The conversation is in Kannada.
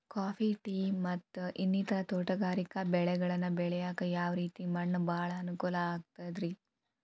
ಕಾಫಿ, ಟೇ, ಮತ್ತ ಇನ್ನಿತರ ತೋಟಗಾರಿಕಾ ಬೆಳೆಗಳನ್ನ ಬೆಳೆಯಾಕ ಯಾವ ರೇತಿ ಮಣ್ಣ ಭಾಳ ಅನುಕೂಲ ಆಕ್ತದ್ರಿ?